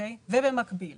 ובמקביל